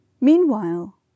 Meanwhile